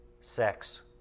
sex